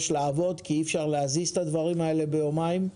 כי אי אפשר להזיז את הדברים האלה ביומיים.